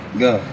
go